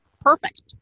perfect